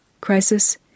crisis